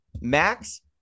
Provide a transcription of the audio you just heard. Max